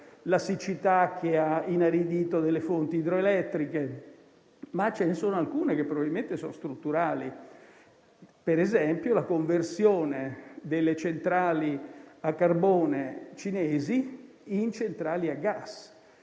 la siccità che ha inaridito alcune fonti idroelettriche. Ve ne sono però alcune che probabilmente sono strutturali; mi riferisco, per esempio, alla conversione delle centrali a carbone cinesi in centrali a gas.